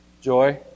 joy